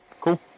Cool